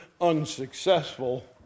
unsuccessful